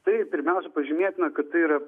tai pirmiausia pažymėtina kad tai yra